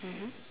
mmhmm